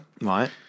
Right